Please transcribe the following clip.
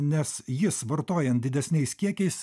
nes jis vartojant didesniais kiekiais